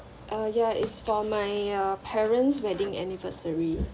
uh ya is for my uh parents wedding anniversary